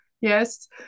yes